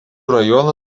rajono